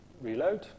reload